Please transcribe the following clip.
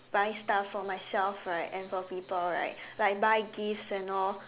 buy stuff for myself right and for people right like buy gifts and all